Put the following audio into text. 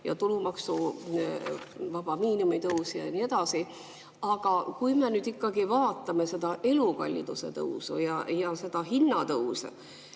ja tulumaksuvaba miinimumi tõus ja nii edasi. Aga kui me nüüd ikkagi vaatame elukalliduse tõusu ja hinnatõuse